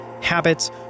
habits